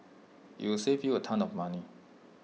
IT will save you A ton of money